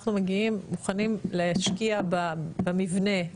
אנחנו מגיעים מוכנים להשקיע במבנה,